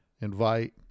invite